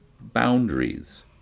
boundaries